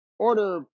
Order